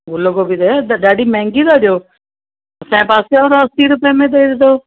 ग़ुल गोभी त य ॾाढी महांगी था ॾियो असांजे पासे वारो थो असी रुपए में ॾिए थो